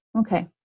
okay